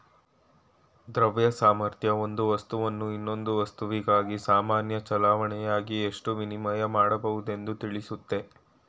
ದ್ರವ್ಯ ಸಾಮರ್ಥ್ಯ ಒಂದು ವಸ್ತುವನ್ನು ಇನ್ನೊಂದು ವಸ್ತುವಿಗಾಗಿ ಸಾಮಾನ್ಯ ಚಲಾವಣೆಯಾಗಿ ಎಷ್ಟು ವಿನಿಮಯ ಮಾಡಬಹುದೆಂದು ತಿಳಿಸುತ್ತೆ